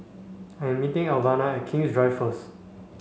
I am meeting Elvina at King's Drive first